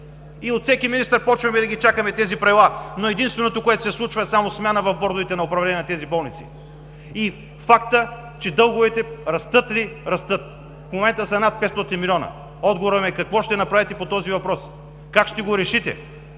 и от всеки министър започваме да чакаме тези правила, но единственото, което се случва, е само смяна в бордовете на управление на тези болници. Фактът е, че дълговете растат ли растат – в момента са над 500 милиона. Въпросът ми е: какво ще направите по този въпрос? Как ще го решите?